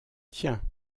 tiens